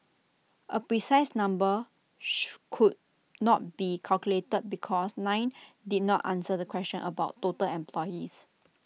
A precise number could not be calculated because nine did not answer the question about total employees